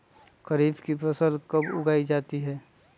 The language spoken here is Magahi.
खरीफ की फसल कब उगाई जाती है?